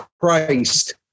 Christ